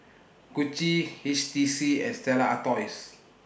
Gucci H T C and Stella Artois